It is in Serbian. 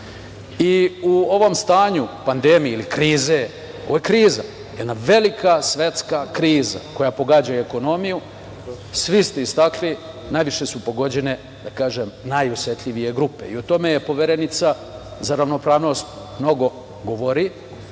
I u ovom stanju pandemije ili krize, ovo je kriza, jedna velika svetska kriza koja pogađa i ekonomiju, svi ste istakli, najviše su pogođene, da kažem, najosetljivije grupe.O tome Poverenica za ravnopravnost mnogo govori.